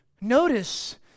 Notice